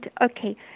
okay